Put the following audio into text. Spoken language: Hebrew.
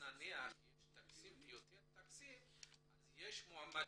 נניח, יש יותר תקציב אז יש יותר מועמדים.